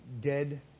dead